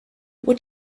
what